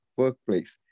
workplace